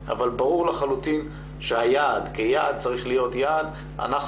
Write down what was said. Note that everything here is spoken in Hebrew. אבל ברור לחלוטין שהיעד כיעד צריך להיות יעד איך